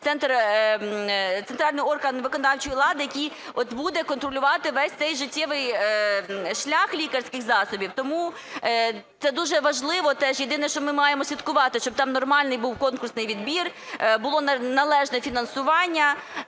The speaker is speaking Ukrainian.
центральний орган виконавчої влади, який буде контролювати весь цей життєвий шлях лікарських засобів. Тому це дуже важливо теж. Єдине, що ми маємо слідкувати, щоб там нормальний був конкурсний відбір, було належне фінансування